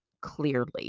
clearly